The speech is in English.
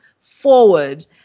forward